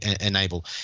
enable